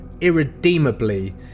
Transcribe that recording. irredeemably